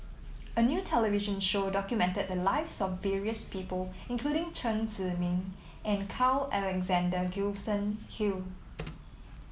a new television show documented the lives of various people including Chen Zhiming and Carl Alexander Gibson Hill